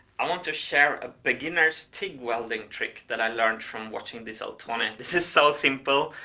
i want to share a beginner's tig welding trick that i learned from watching this old tony, this is so simple,